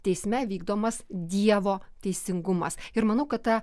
teisme vykdomas dievo teisingumas ir manau kad ta